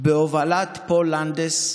בהובלת פול לנדס,